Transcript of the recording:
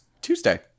tuesday